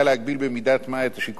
במידת-מה את שיקול הדעת של התביעה,